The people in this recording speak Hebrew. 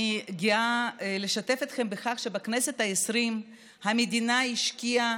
אני גאה לשתף אתכם בכך שבכנסת העשרים המדינה השקיעה